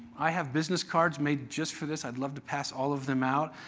i have business cards made just for this. i'd love to pass all of them out.